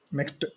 next